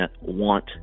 want